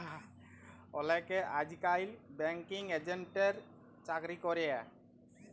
অলেকে আইজকাল ব্যাঙ্কিং এজেল্টের চাকরি ক্যরে